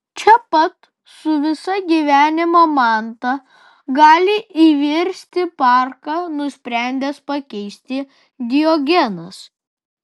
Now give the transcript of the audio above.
čia pat su visa gyvenimo manta gali įvirsti parką nusprendęs pakeisti diogenas